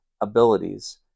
abilities